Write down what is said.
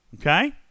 Okay